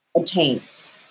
attains